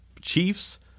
Chiefs